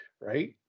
right